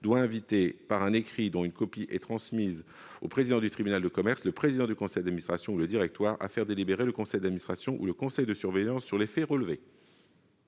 doit inviter par un écrit, dont une copie est transmise au président du tribunal de commerce, le président du conseil d'administration ou du directoire à faire délibérer le conseil d'administration ou le conseil de surveillance sur les faits relevés.